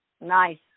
Nice